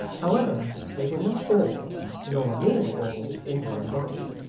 however, they were not all, nor nearly all, in one body,